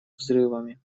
взрывами